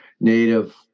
native